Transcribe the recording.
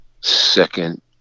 second